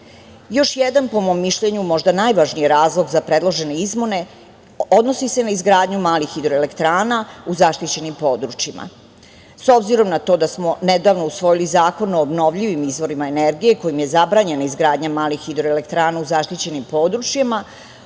jedan, po mom mišljenju, možda najvažniji razlog za predložene izmene, odnosi se na izgradnju malih hidroelektrana u zaštićenim područjima. S obzirom na to da smo nedavno usvojili Zakon o obnovljivim izvorima energije kojim je zabranjena izgradnja malih hidroelektrana u zaštićenim područjima,